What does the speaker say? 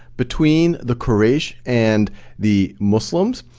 between the quraysh and the muslims.